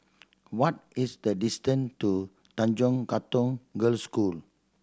what is the distance to Tanjong Katong Girls' School